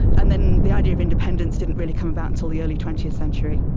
and then the idea of independence didn't really come about until the early twentieth century.